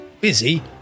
busy